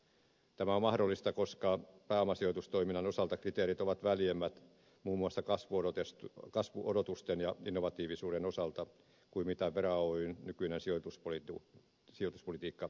tämä on mahdollista koska pääomasijoitustoiminnan osalta kriteerit ovat väljemmät muun muassa kasvuodotusten ja innovatiivisuuden osalta kuin vera oyn nykyinen sijoituspolitiikka edellyttäisi